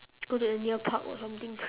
go to a near park or something